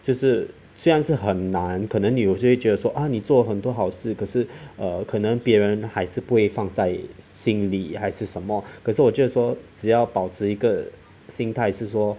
就是虽然是很难可能有些人会觉得说啊你做很多好事可是 err 可能别人还是不会放在心里还是什么可是我就说只要保持一个心态是说